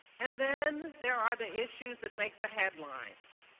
and then there are the issues that make the headlines.